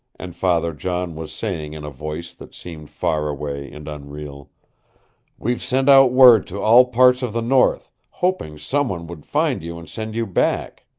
and father john was saying in a voice that seemed far away and unreal we've sent out word to all parts of the north, hoping someone would find you and send you back.